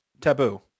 taboo